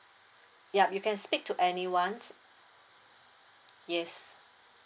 ya you can speak to anyone yes